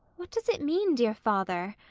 what does it mean, dear father?